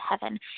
heaven